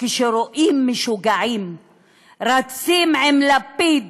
כשרואים משוגעים רצים עם לפיד